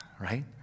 right